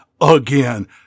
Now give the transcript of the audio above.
again